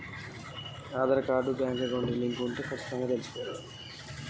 అయ్యా నా zero account ఖాతా బుక్కు పోయింది నా ఖాతా నెంబరు ఎట్ల తెలవాలే?